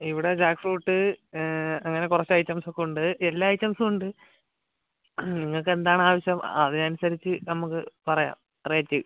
ഇവിടെ jackfruit അങ്ങനെ കുറച്ച് ഐറ്റംസൊക്കെ ഉണ്ട് എല്ലാ ഐറ്റംസ് ഉണ്ട് നിങ്ങൾക്ക് എന്താണ് ആവശ്യം അതിനനുസരിച്ച് നമുക്ക് പറയാം റേറ്റ്